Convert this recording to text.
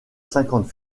cinquante